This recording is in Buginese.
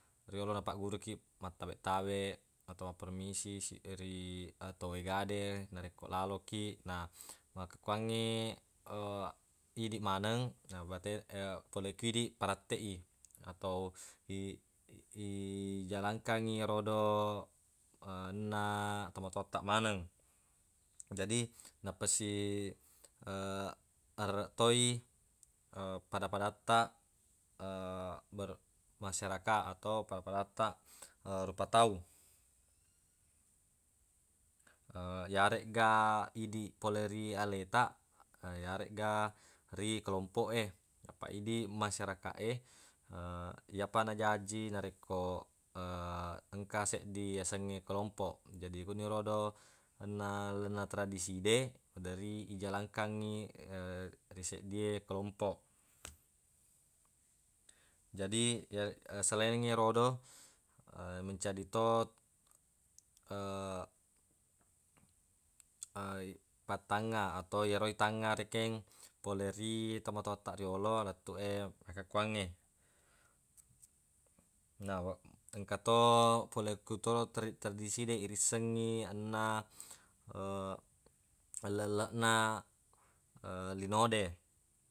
Riyolo napaggurukiq mattabe-tabe atau mappermisi si- ri atau egade narekko lalokiq. Na makkukuangnge idiq maneng na bate- pole ku idiq paratteq i atau i- ijalankangngi erodo anunna tomatowattaq maneng. Jadi nappasi areq toi pada-padattaq ber- masyarakaq atau pada-padattaq rupa tau yaregga idi pole ri aletaq yaregga ri kelompoq e apaq idi masyarakaq e yappa najaji narekko engka seddi yasengnge kelompoq. Jadi kunirodo onnaq lalenna tradiside maderri ijalankangngi ri seddie kelompoq. Jadi selaing erodo mencadi to pattangnga atau yero itangnga rekeng pole ri tomatowattaq riyolo lettuq e makkukuangnge. Na wa- engka to pole ku toro tradi- tradiside irissengngi anunna elleq-elleqna linode.